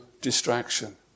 distraction